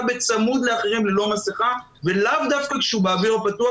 בצמוד לאחרים ללא מסכה ולאו דווקא כשהוא באוויר הפתוח.